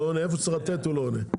איפה שצריך לתת הוא לא עונה.